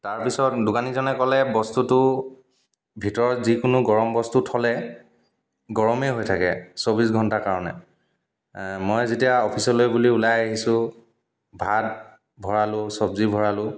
তাৰপিছত দোকানীজনে ক'লে বস্তুটো ভিতৰত যিকোনো গৰম বস্তু থ'লে গৰমেই হৈ থাকে চৌব্বিছ ঘণ্টাৰ কাৰণে মই যেতিয়া অফিচলৈ বুলি ওলাই আহিছোঁ ভাত ভৰালোঁ চব্জি ভৰালোঁ